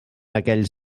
aquells